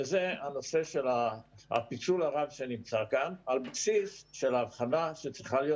והוא הנושא של הפיצול הרב שנמצא כאן על בסיס של ההבחנה שצריכה להיות